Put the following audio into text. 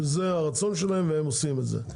שזה הרצון שלהם והם עושים את זה.